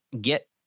get